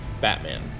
Batman